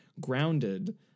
grounded